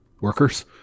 workers